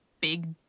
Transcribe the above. big